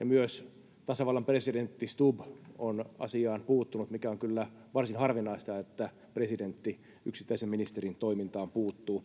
ja myös tasavallan presidentti Stubb on asiaan puuttunut, mikä on kyllä varsin harvinaista, että presidentti yksittäisen ministerin toimintaan puuttuu.